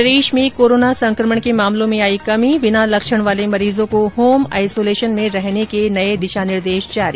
प्रदेश में कोरोना संकमण के मामलों में आई कमी बिना लक्षण वाले मरीजों को होम आइसोलेशन में रहने के नए दिशा निर्देश जारी